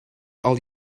all